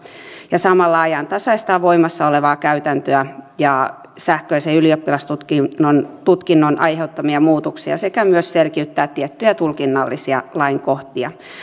ja samalla ajantasaistaa voimassa olevaa käytäntöä ja sähköisen ylioppilastutkinnon aiheuttamia muutoksia sekä myös selkiyttää tiettyjä tulkinnallisia lain kohtia